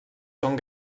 són